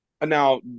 now